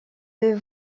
deux